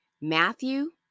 Matthew